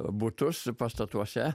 butus pastatuose